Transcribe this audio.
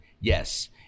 Yes